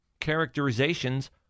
characterizations